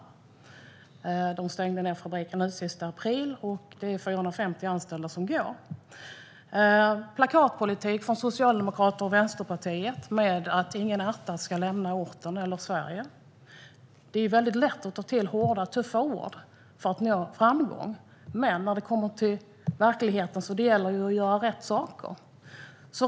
Fabriken stängdes ned den 30 april, och 450 anställda fick gå. Plakatpolitik från Socialdemokraterna och Vänsterpartiet säger att ingen ärta ska få lämna orten eller Sverige. Det är väldigt lätt att ta till hårda ord för att nå framgång, men när det kommer till verkligheten gäller det att göra rätt saker.